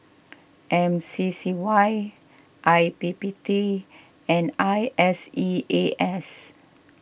M C C Y I P P T and I S E A S